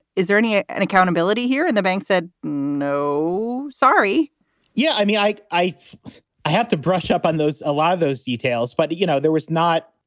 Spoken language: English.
is there any ah and accountability here? and the banks said, no, sorry yeah. i mean, i i i have to brush up on those. a lot of those details. but, you know, there was not.